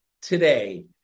today